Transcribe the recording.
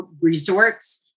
resorts